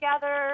together